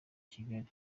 kigali